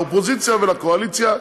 לאופוזיציה ולקואליציה,